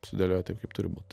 sudėlioja taip kaip turi būt